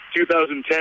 2010